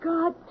God